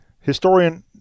Historian